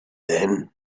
then